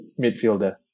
midfielder